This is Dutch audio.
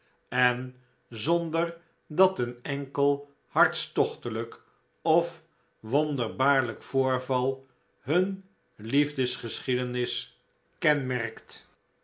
en zonder dat een enkel hartstochtelijk of wonderbaarlijk voorval hun liefdesgeschiedenis kenmerkt